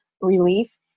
relief